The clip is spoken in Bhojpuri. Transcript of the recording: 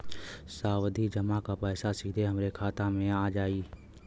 सावधि जमा क पैसा सीधे हमरे बचत खाता मे आ जाई?